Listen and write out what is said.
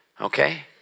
Okay